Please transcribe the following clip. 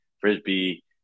frisbee